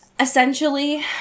Essentially